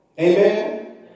Amen